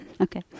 Okay